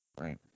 Right